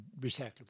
recyclable